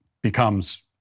becomes